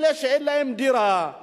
אלה שאין להם דירה,